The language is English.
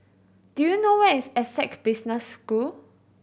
do you know where is Essec Business School